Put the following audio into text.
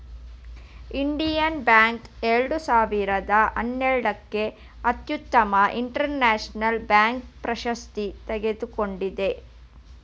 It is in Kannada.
ಇಂಡಿಯನ್ ಬ್ಯಾಂಕ್ ಎರಡು ಸಾವಿರದ ಹನ್ನೆರಡಕ್ಕೆ ಅತ್ಯುತ್ತಮ ಇಂಟರ್ನ್ಯಾಷನಲ್ ಬ್ಯಾಂಕ್ ಪ್ರಶಸ್ತಿ ತಗೊಂಡಿದೆ